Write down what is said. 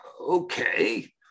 okay